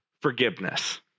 Forgiveness